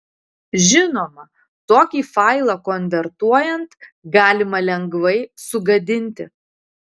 žinoma tokį failą konvertuojant galima lengvai sugadinti